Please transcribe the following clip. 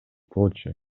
болчу